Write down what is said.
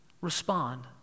respond